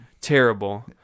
terrible